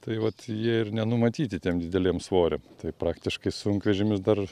tai vat jie ir nenumatyti tiem dideliem svoriam tai praktiškai sunkvežimius dar